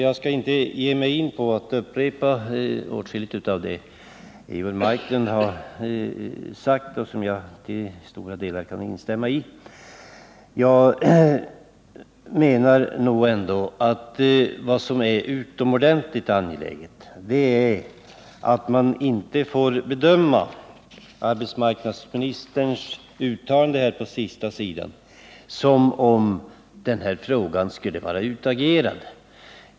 Jag skall inte ge mig in på att upprepa vad Eivor Marklund har sagt och som jag i stora delar kan instämma i. Jag menar att det är angeläget att man inte bedömer arbetsmarknadsministerns uttalande i slutet av interpellationen så att denna fråga nu skulle vara utagerad.